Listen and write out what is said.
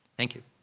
thank you.